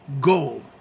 goal